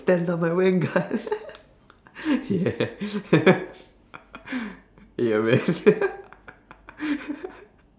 stand up the vanguard yeah yeah man